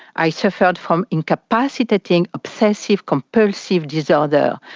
i suffered from incapacitating obsessive compulsive disorder,